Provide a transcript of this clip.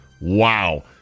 Wow